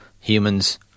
Humans